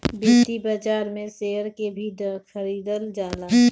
वित्तीय बाजार में शेयर के भी खरीदल जाला